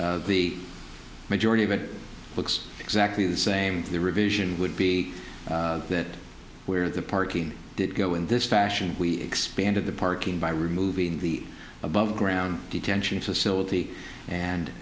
like the majority of it looks exactly the same the revision would be that where the parking did go in this fashion we expanded the parking by removing the above ground detention facility and